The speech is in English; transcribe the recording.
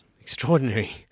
extraordinary